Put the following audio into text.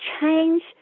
change